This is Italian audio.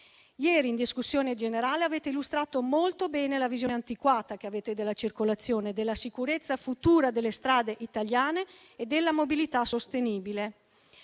Ieri, in discussione generale, avete illustrato molto bene la visione antiquata che avete della circolazione, della sicurezza futura delle strade italiane e della mobilità sostenibile.